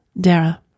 Dara